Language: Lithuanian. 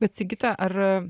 bet sigita ar